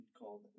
called